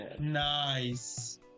nice